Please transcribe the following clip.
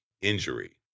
injury